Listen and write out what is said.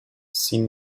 sin